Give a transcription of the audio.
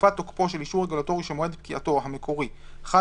תקופת תוקפו של אישור רגולטורי שמועד פקיעתו המקורי חל